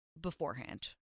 beforehand